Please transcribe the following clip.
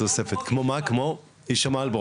פרסמו סיגריות והם מתו, כמו איש המלבורו.